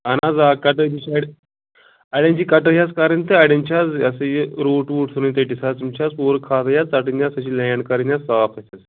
اَہَن حظ آ کٹٲے تہِ چھِ اَڑٮ۪ن اَڑٮ۪ن چھِ کَٹٲے حظ کَرٕنۍ تہٕ اَڑٮ۪ن چھِ حظ یہِ ہسا یہِ روٗٹ ووٗٹ ژھُنٕنۍ ژٔٹِتھ حظ یِم چھِ حظ پوٗرٕ کھاتہٕ حظ ژَٹٕنۍ حظ سۄ چھِ لینٛڈ کَرٕنۍ حظ صاف اَسہِ حظ